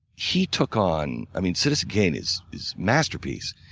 he took on i mean citizen kane is is masterpiece.